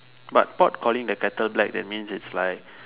but pot calling the kettle black that means it's like